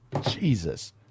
Jesus